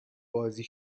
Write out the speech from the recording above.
بازی